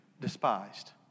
despised